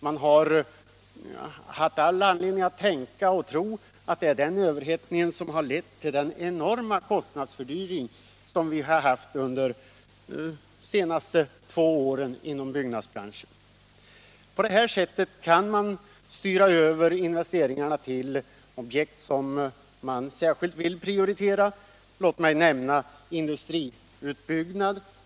Man har haft all anledning att tro att det är denna överhettning som lett till den enorma kostnadsökningen inom byggnadsbranschen under de senaste två åren. På det här sättet kan man styra över investeringarna till objekt som man särskilt vill prioritera. Låt mig nämna industriutbyggnaden.